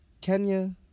Kenya